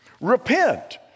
repent